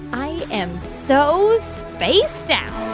i am so space down